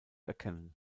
erkennen